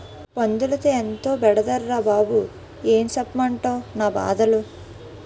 పందులతో ఎంతో బెడదరా బాబూ ఏం సెప్పమంటవ్ నా బాధలు